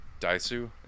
Daisu